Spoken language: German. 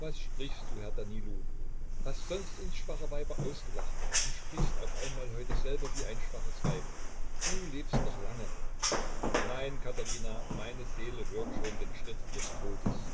was sprichst du herr danilo hast sonst uns schwache weiber ausgelacht und sprichst auf einmal heute selber wie ein schwaches weib du lebst noch lange nein katherina meine seele hört schon den schritt des todes